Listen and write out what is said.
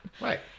right